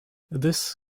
this